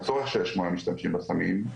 הצורך שיש למשתמשים בסמים,